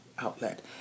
outlet